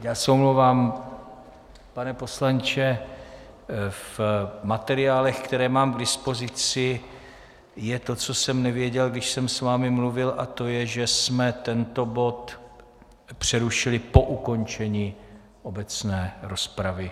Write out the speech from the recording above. Já se omlouvám, pane poslanče, v materiálech, které mám k dispozici, je to, co jsem nevěděl, když jsem s vámi mluvil, a to je to, že jsme tento bod přerušili po ukončení obecné rozpravy.